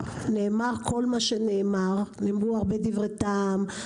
נאמר כול מה שנאמר, נאמרו הרבה דברי טעם.